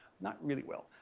not really well.